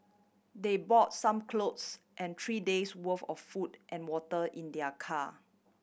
they bought some clothes and three days' worth of food and water in their car